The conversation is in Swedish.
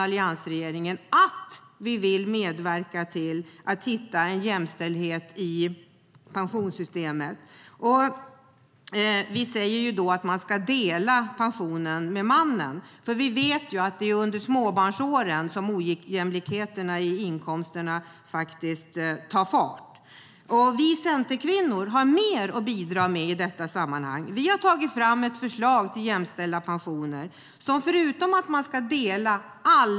Alliansen vill medverka till jämställdhet i pensionssystemet och säger att man ska dela pensionen med mannen.